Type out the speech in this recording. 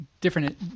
different